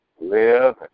live